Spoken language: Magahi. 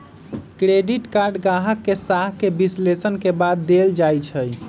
क्रेडिट कार्ड गाहक के साख के विश्लेषण के बाद देल जाइ छइ